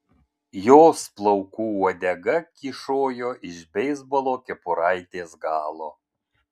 jos plaukų uodega kyšojo iš beisbolo kepuraitės galo